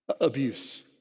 Abuse